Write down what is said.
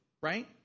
right